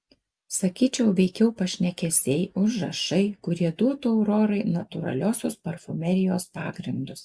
sakyčiau veikiau pašnekesiai užrašai kurie duotų aurorai natūraliosios parfumerijos pagrindus